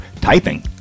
typing